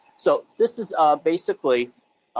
so this is basically,